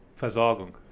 Versorgung